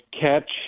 catch